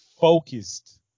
focused